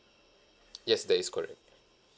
yes that is correct